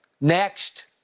next